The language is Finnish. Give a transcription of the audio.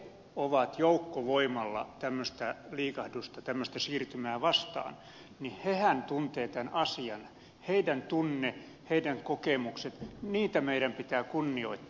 kun he ovat joukkovoimalla tämmöistä liikahdusta tämmöistä siirtymää vastaan niin heidän tunteitaan heidän kokemuksiaan meidän pitää kunnioittaa